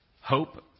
Hope